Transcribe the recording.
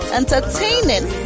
entertaining